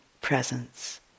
presence